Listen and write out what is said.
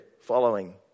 following